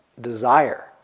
desire